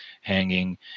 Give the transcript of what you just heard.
hanging